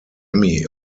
emmy